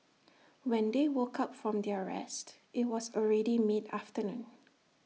when they woke up from their rest IT was already mid afternoon